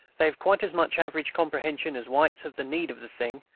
they have quite as much average comprehension as whites of the need of the thing,